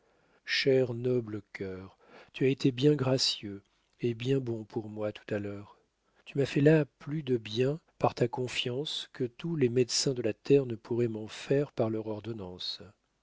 cher noble cœur tu as été bien gracieux et bien bon pour moi tout à l'heure tu m'as fait là plus de bien par ta confiance que tous les médecins de la terre ne pourraient m'en faire par leur ordonnance